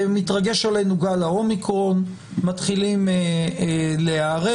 מתרגש עלינו גל האומיקרון, מתחילים להיערך.